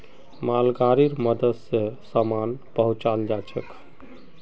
मालगाड़ीर मदद स सामान पहुचाल जाछेक